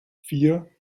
vier